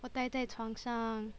我呆在床上